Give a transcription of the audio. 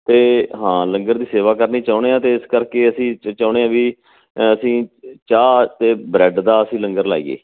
ਅਤੇ ਹਾਂ ਲੰਗਰ ਦੀ ਸੇਵਾ ਕਰਨੀ ਚਾਹੁੰਦੇ ਹਾਂ ਅਤੇ ਇਸ ਕਰਕੇ ਅਸੀਂ ਚ ਚਾਹੁੰਦੇ ਹਾਂ ਵੀ ਅਸੀਂ ਚਾਹ ਅਤੇ ਬ੍ਰੈਡ ਦਾ ਅਸੀਂ ਲੰਗਰ ਲਾਈਏ